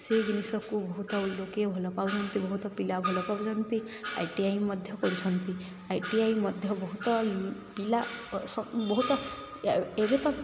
ସେ ଜିନିଷକୁ ବହୁତ ଲୋକେ ଭଲ ପାଉଛନ୍ତି ବହୁତ ପିଲା ଭଲ ପାଉଛନ୍ତି ଆଇ ଟି ଆଇ ମଧ୍ୟ କରୁଛନ୍ତି ଆଇ ଟି ଆଇ ମଧ୍ୟ ବହୁତ ପିଲା ବହୁତ ଏବେ ତ